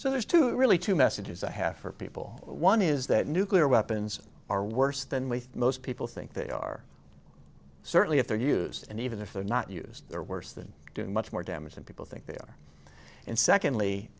so there's two really two messages i have for people one is that nuclear weapons are worse than with most people think they are certainly if they're used and even if they're not used they're worse than doing much more damage than people think they are and secondly